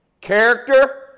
Character